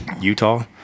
Utah